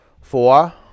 Four